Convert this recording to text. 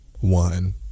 one